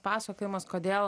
pasakojimas kodėl